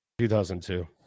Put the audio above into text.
2002